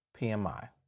PMI